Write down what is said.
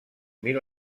mil